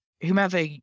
whomever